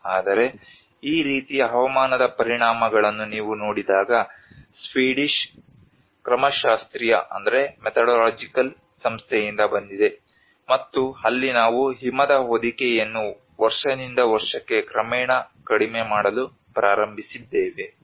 ಆದರೆ ಈ ರೀತಿಯ ಹವಾಮಾನದ ಪರಿಣಾಮಗಳನ್ನು ನೀವು ನೋಡಿದಾಗ ಸ್ವೀಡಿಷ್ ಕ್ರಮಶಾಸ್ತ್ರೀಯ ಸಂಸ್ಥೆಯಿಂದ ಬಂದಿದೆ ಮತ್ತು ಅಲ್ಲಿ ನಾವು ಹಿಮದ ಹೊದಿಕೆಯನ್ನು ವರ್ಷದಿಂದ ವರ್ಷಕ್ಕೆ ಕ್ರಮೇಣ ಕಡಿಮೆ ಮಾಡಲು ಪ್ರಾರಂಭಿಸಿದ್ದೇವೆ